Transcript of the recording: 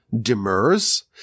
demurs